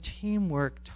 teamwork